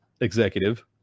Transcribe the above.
executive